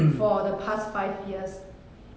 for the past five years